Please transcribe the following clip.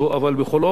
בכל אופן,